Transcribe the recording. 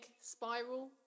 spiral